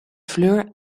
fleur